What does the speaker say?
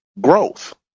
growth